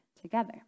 together